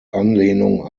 anlehnung